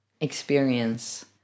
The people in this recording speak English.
experience